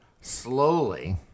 slowly